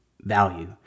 value